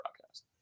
broadcast